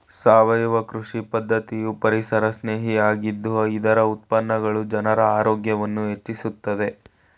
ಸಾವಯವ ಕೃಷಿ ಪದ್ಧತಿಯು ಪರಿಸರಸ್ನೇಹಿ ಆಗಿದ್ದು ಇದರ ಉತ್ಪನ್ನಗಳು ಜನರ ಆರೋಗ್ಯವನ್ನು ಹೆಚ್ಚಿಸುತ್ತದೆ